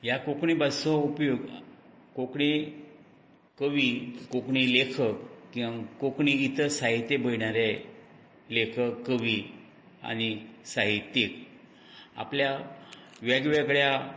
ह्या कोंकणी भासेचो उपयोग कोंकणी कवी कोंकणी लेखक किंवा कोंकणी इतर साहित्य बयणारे लेखक कवी आनी साहित्यीक आपल्या वेगवेगळ्या